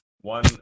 one